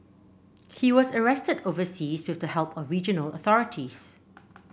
he was arrested overseas with the help of regional authorities